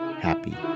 happy